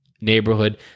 neighborhood